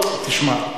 תשמע,